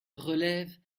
relève